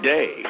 Day